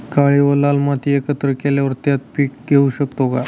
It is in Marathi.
काळी व लाल माती एकत्र केल्यावर त्यात पीक घेऊ शकतो का?